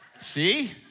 See